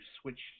switch